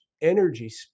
energy